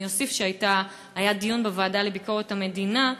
אני אוסיף שהיה דיון בוועדה לביקורת המדינה,